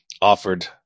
offered